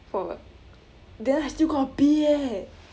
for what then I still got B eh